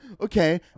Okay